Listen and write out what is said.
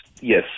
yes